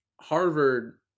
Harvard